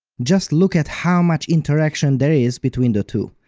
just look at how much interaction there is between the two.